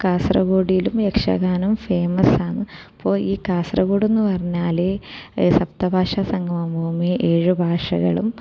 കാസർഗോഡിലും യക്ഷഗാനം ഫേമസാണ് അപ്പോൾ ഈ കാസർഗോഡ് എന്ന് പറഞ്ഞാല് സപ്തഭാഷ സംഗമഭൂമി ഏഴ് ഭാഷകളും